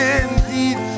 indeed